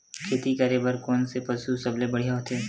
खेती करे बर कोन से पशु सबले बढ़िया होथे?